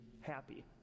happy